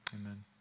Amen